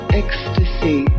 ecstasy